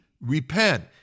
repent